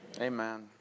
Amen